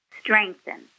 strengthen